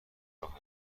راه